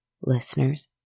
listeners